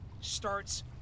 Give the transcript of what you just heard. starts